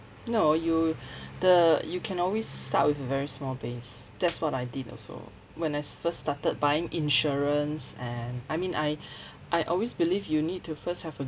no you the you can always start with a very small base that's what I did also when I first started buying insurance and I mean I I always believe you need to first have a